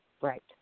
Right